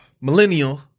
millennial